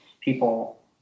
people